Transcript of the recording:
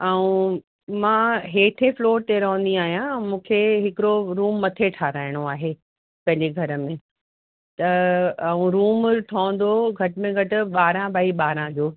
ऐं मां हेठे फ्लोर ते रहंदी आहिंयां मूंखे हिकिड़ो रूम मथे ठहाराइणो आहे पंहिंजे घर में त ऐं उहो रूम ठहंदो घट में घटि ॿारहं बाए ॿारहं जो